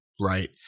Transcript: Right